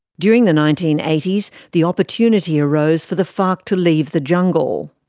during the nineteen eighty s the opportunity arose for the farc to leave the jungle.